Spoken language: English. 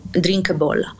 drinkable